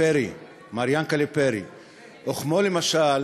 מר יענקל'ה פרי, מר יענקל'ה פרי, וכמו, למשל,